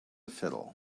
fiddle